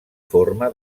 forma